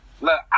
Look